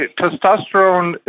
testosterone